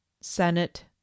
Senate